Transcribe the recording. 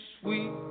sweet